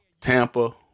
Tampa